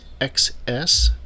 XS